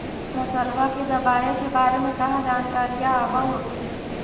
फसलबा के दबायें के बारे मे कहा जानकारीया आब होतीन?